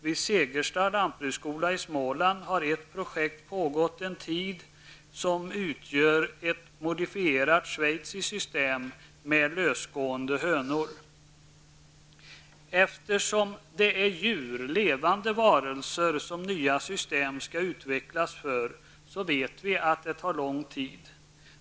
Vid Segerstads lantbruksskola i Småland har ett projekt pågått en tid, vilket utgör ett modifierat schweiziskt system med lösgående hönor. Eftersom det är djur, levande varelser, som nya system skall utvecklas för, vet vi att det tar lång tid.